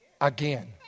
again